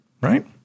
right